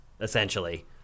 essentially